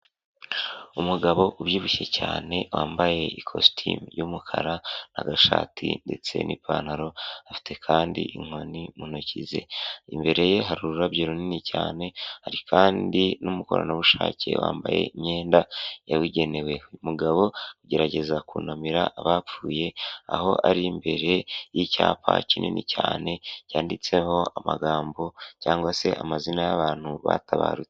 Umugabo ubyibushye cyane wambaye ikositimu y'umukara n'agashati, ndetse n'ipantaro, afite kandi inkoni mu ntoki ze, imbere ye hari ururabyo runini cyane, hari kandi n'umukoranabushake wambaye imyenda yabugenewe, umugabo agerageza kunamira abapfuye, aho ari imbere y'icyapa kinini cyane cyanditseho amagambo cyangwa se amazina y'abantu batabarutse.